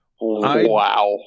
Wow